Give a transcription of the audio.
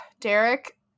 Derek